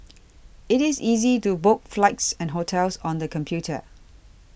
it is easy to book flights and hotels on the computer